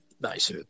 Nice